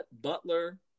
Butler